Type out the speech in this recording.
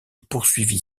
poursuivit